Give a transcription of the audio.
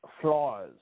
flaws